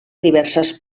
diverses